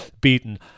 beaten